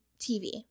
TV